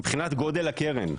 מבחינת גודל הקרן,